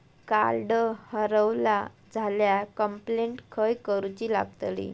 Card हरवला झाल्या complaint खय करूची लागतली?